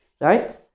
Right